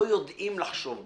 לא יודעים לחשוב במושגים.